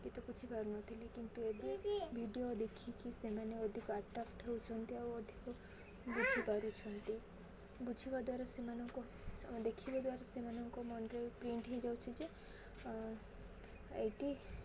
ବି ତ ବୁଝି ପାରୁନଥିଲେ କିନ୍ତୁ ଏବେ ଭିଡ଼ିଓ ଦେଖିକି ସେମାନେ ଅଧିକ ଆଟ୍ରାକ୍ଟ ହଉଛନ୍ତି ଆଉ ଅଧିକ ବୁଝିପାରୁଛନ୍ତି ବୁଝିବା ଦ୍ୱାରା ସେମାନଙ୍କ ଦେଖିବା ଦ୍ୱାରା ସେମାନଙ୍କ ମନରେ ପ୍ରିଣ୍ଟ ହେଇଯାଉଛି ଯେ ଏଇଠି